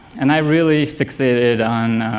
and i really fixated on